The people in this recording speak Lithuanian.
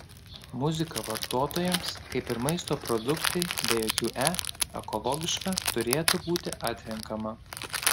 muzika vartotojams kaip ir maisto produktai be jokių e ekologiška turėtų būti atrenkama